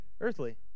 Earthly